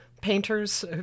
painters